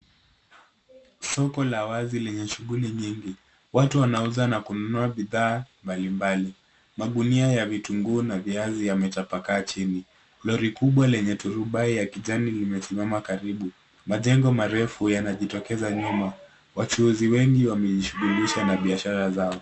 Soko la wazi lenye shuguli nyingi. Watu wanauza na kununa bidhaa mbalimbali. Magunia ya vitunguu na viazi yametapakaa chini. Lori kubwa lenye turubai ya kijani limesimama karibu. Majengo maerefu yanajitokeza nyuma. Wachuuzi wengi wamejishugulisha na biashara zao.